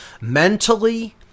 mentally